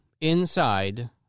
inside